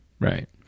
Right